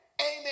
Amen